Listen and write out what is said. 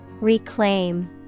Reclaim